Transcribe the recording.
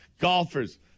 Golfers